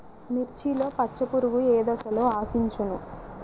మిర్చిలో పచ్చ పురుగు ఏ దశలో ఆశించును?